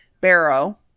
Barrow